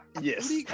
Yes